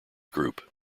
group